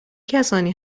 کسانی